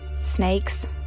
Snakes